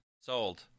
Sold